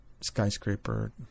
skyscraper